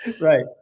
Right